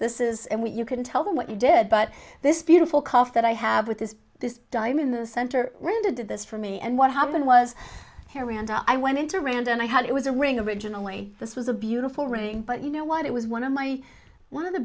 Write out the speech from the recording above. this is what you can tell them what you did but this beautiful cough that i have with this this diamond the center we're going to do this for me and what happened was harry and i went into randy and i had it was a ring originally this was a beautiful ring but you know what it was one of my one of the